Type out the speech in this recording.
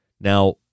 Now